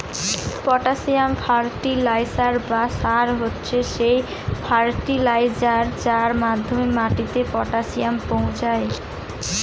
potassium fertiliser বা সার হচ্ছে সেই ফার্টিলাইজার যার মাধ্যমে মাটিতে পটাসিয়াম পৌঁছায়